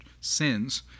sins